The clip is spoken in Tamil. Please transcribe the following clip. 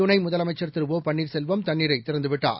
துணை முதலமைச்சள் திரு ஓ பன்னீர்செல்வம் தண்ணீரை திறந்து விட்டார்